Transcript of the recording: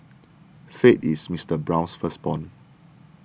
faith is Mister Brown's firstborn